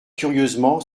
curieusement